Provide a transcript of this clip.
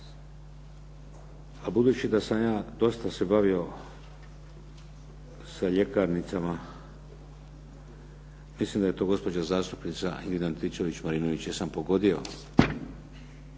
a budući da sam ja dosta se bavio sa ljekarnicama mislim da je to gospođa zastupnica Ingrid Antičević Marinović. Jesam pogodio?